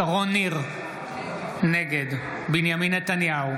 שרון ניר, נגד בנימין נתניהו,